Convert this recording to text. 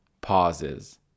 pauses